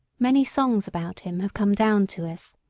many songs about him have come down to us.